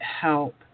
help